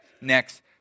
next